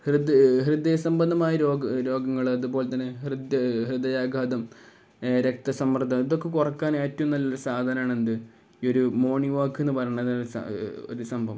ഹൃദയ സംബന്ധമായ രോഗങ്ങള് അതുപോലെ തന്നെ ഹൃദയാഘാതം രക്തസമ്മർദ്ദം ഇതൊക്കെ കുറയ്ക്കാൻ ഏറ്റവും നല്ലൊരു സാധനമാണ് എന്ത് ഈ ഒരു മോർണിംഗ് വാക്കെന്നു പറയുന്ന ഒരു സംഭവം